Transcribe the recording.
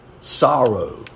sorrow